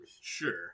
Sure